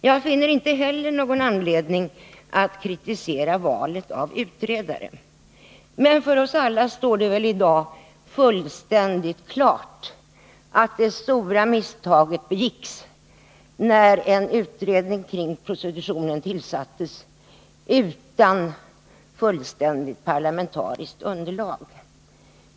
Jag finner inte heller någon anledning att kritisera valet av utredare. Men för oss alla står det i dag fullständigt klart att det stora misstaget begicks när en utredning kring prostitutionen tillsattes utan fullständigt parlamentariskt underlag.